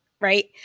right